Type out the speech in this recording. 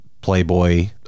Playboy